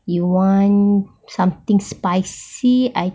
you want something spicy I